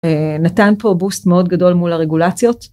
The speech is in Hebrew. נתן פה בוסט מאוד גדול מול הרגולציות.